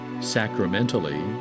sacramentally